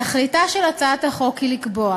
תכליתה של הצעת החוק היא לקבוע